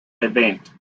erwähnt